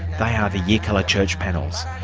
the ah the yirrkala church panels.